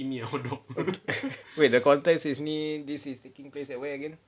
wait the context this is taking place at where again